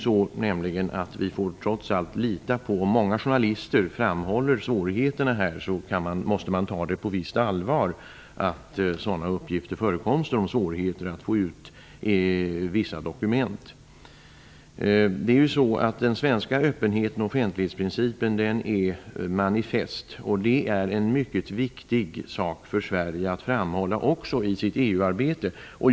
Vi får trots allt lita på och ta det på visst allvar att många journalister framhåller att det förekommer svårigheter att få ut vissa dokument. Den svenska öppenheten och offentlighetsprincipen är manifest. Det är en mycket viktig sak för Sverige att framhålla också i sitt EU-arbete.